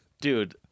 Dude